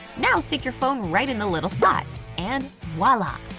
now stick your phone right in the little slot and voila!